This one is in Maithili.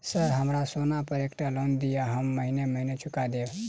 सर हमरा सोना पर एकटा लोन दिऽ हम महीने महीने चुका देब?